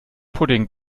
pudding